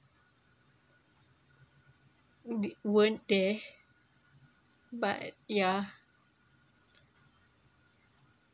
the the weren't there but yeah